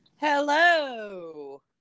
Hello